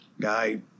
guy